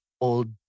old